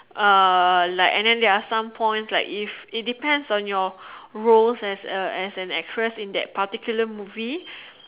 uh like and then there're some points like if it depends on your role as an actress in that particular movie